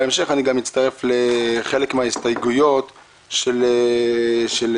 בהמשך אני גם אצטרף לחלק מההסתייגויות של חברי